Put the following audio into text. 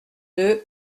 deux